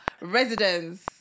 residents